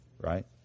right